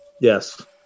Yes